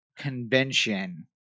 convention